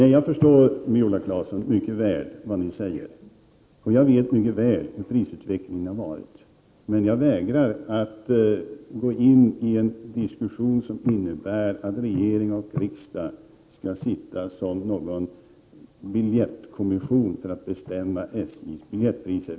Jag förstår mycket väl vad ni säger, Viola Claesson, och jag vet mycket väl hur prisutvecklingen har varit, men jag vägrar att gå in i en diskussion som innebär att regering och riksdag skall sitta som en biljettkommission och bestämma SJ:s biljettpriser.